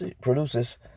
produces